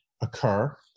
occur